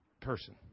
person